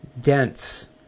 dense